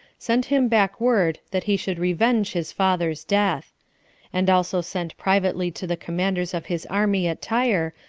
sent him back word that he should revenge his father's death and also sent privately to the commanders of his army at tyre,